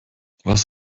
was